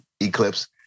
Eclipse